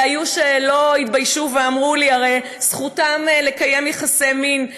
והיו שלא התביישו ואמרו לי: הרי זכותן לקיים יחסי מין.